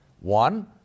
One